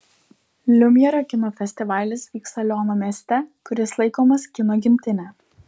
liumjero kino festivalis vyksta liono mieste kuris laikomas kino gimtine